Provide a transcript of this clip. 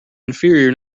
inferior